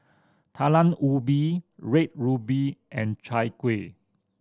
Talam Ubi Red Ruby and Chai Kuih